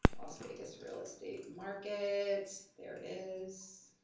las vegas real estate market, there it is.